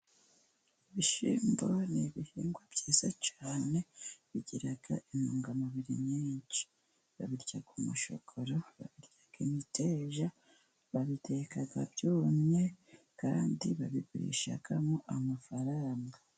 Ibishimbo n'ibihingwa byiza cyane, bigira intungamubiri nyinshi, babirya umushogoro, babirya imiteja, babiteka byumye, kandi babigurishamo amafaranga.